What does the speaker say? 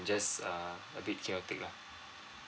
just uh a bit chaotic lah